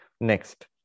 Next